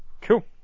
cool